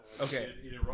Okay